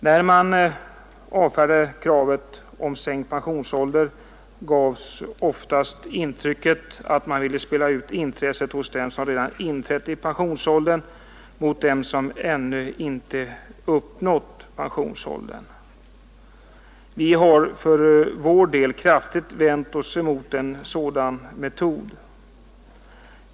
När man avfärdade kravet på sänkt pensionsålder gavs oftast intrycket att man ville spela ut dem som redan inträtt i pensionsåldern mot dem som ännu inte uppnått pensionsåldern. Vi har för vår del kraftigt vänt oss emot en sådan metod.